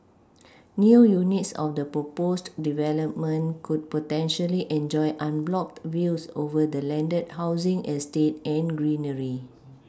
new units of the proposed development could potentially enjoy unblocked views over the landed housing estate and greenery